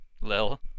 Lil